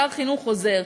שר חינוך חוזר.